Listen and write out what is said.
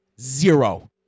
zero